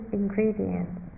ingredients